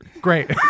great